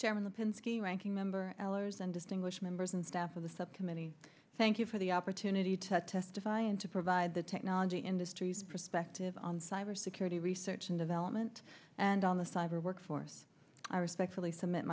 chairman the pinsky ranking member ehlers and distinguished members and staff of the subcommittee thank you for the opportunity to testify and to provide the technology industries perspective on cyber security research and development and on the cyber workforce i respectfully submit